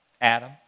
Adam